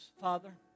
Father